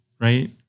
right